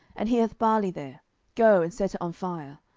and he hath barley there go and set it on fire.